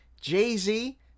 Jay-Z